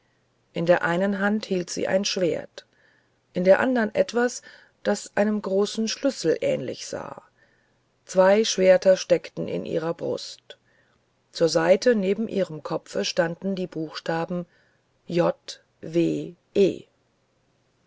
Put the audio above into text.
in der einen hand hielt sie ein schwert in der andern etwas das einem großen schlüssel ähnlich sah zwei schwerter steckten in ihrer brust zur seite neben ihrem kopfe standen die buchstaben j w